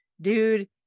Dude